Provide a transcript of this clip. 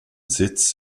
sitz